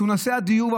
נושא הדיור,